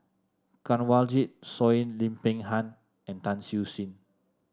Kanwaljit Soin Lim Peng Han and Tan Siew Sin